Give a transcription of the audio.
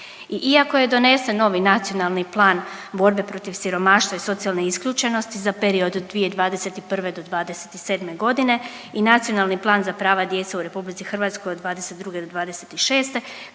iako je donesen novi nacionalni plan borbe protiv siromaštva i socijalne isključenosti za period od 2021. do '27. godine i nacionalni plan za prava djece u RH od '22. do '26.